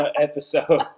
episode